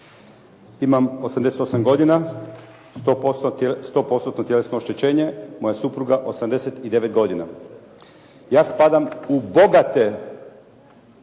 "Imam 88. godina, 100%-tno tjelesno oštećenje, moja supruga 89. godina. Ja spadam u bogate